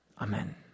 Amen